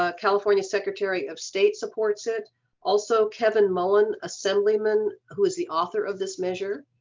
ah california secretary of state supports it also kevin mullen, assemblyman who is the author of this measure,